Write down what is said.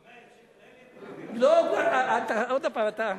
100,000 השקל האלה, עוד פעם, אתה,